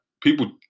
people